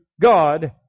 God